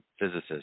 physicist